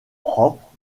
propre